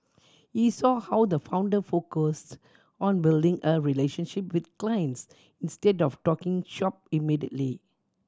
he saw how the founder focused on building a relationship with clients instead of talking shop immediately